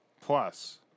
Plus